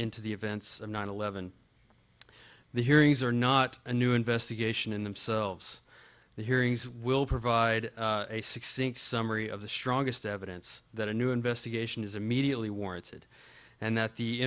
into the events of nine eleven the hearings are not a new investigation in themselves the hearings will provide a succinct summary of the strongest evidence that a new investigation is immediately warranted and that the